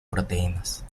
proteínas